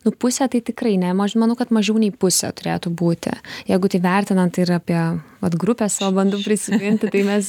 nu pusė tai tikrai ne maž manau kad mažiau nei pusė turėtų būti jeigu taip vertinant ir apie vat grupę savo bandau prisiminti tai mes